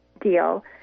deal